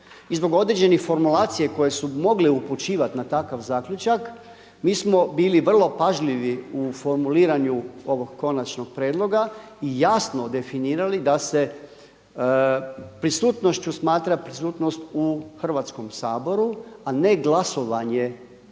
I zbog određenih formulacija koje su mogle upućivati na takav zaključak mi smo bili vrlo pažljivi u formuliranju ovog konačnog prijedloga i jasno definirali da se prisustnošću smatra prisutnost u Hrvatskom saboru a ne glasovanje i